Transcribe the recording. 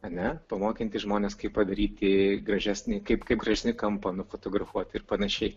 ane pamokyti žmones kaip padaryti gražesnį kaip kaip gražesnį kampą nufotografuoti ir panašiai